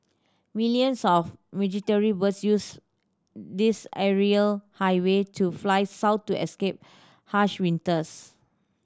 millions of migratory birds use this aerial highway to fly south to escape harsh winters